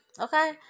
Okay